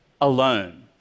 alone